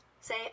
say